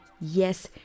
yes